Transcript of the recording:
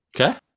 okay